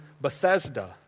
Bethesda